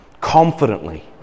confidently